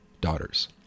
daughters